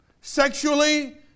sexually